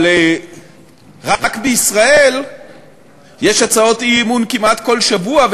אבל רק בישראל יש הצעות אי-אמון כמעט כל שבוע,